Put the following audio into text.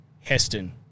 Heston